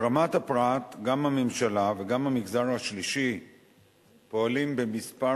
ברמת הפרט גם הממשלה וגם המגזר השלישי פועלים בכמה